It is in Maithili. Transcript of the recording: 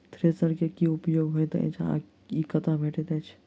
थ्रेसर केँ की उपयोग होइत अछि आ ई कतह भेटइत अछि?